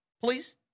Please